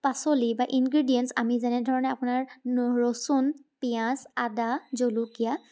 পাচলি বা ইনগ্ৰেডিয়েণ্টছ্ আমি যেনেধৰণে আপোনাৰ ন ৰচুন পিঁয়াজ আদা জলকীয়া